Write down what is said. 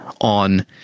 on